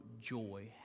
joy